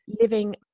living